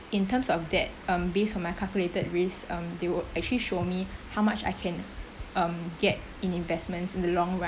in terms of that based on my calculated risk um they would actually show me how much I can get um in investments in the long run